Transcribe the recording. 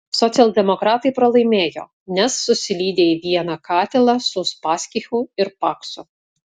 socialdemokratai pralaimėjo nes susilydė į vieną katilą su uspaskichu ir paksu